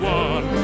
one